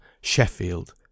Sheffield